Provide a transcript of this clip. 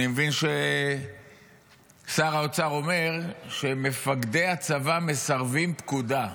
אני מבין ששר האוצר אומר שמפקדי הצבא מסרבים פקודה.